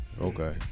Okay